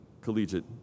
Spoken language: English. collegiate